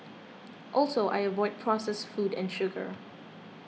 also I avoid processed food and sugar